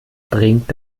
bringt